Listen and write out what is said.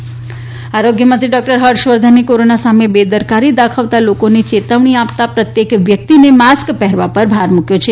હર્ષવર્ધન આરોગ્યમંત્રી ડોકટર હર્ષવર્ધને કોરોના સામે બેદરકારી દાખવતાં લોકોને ચેતવણી આપતાં પ્રત્યેક વ્યક્તિને માસ્ક પહેરવા પર ભાર મૂકવો છે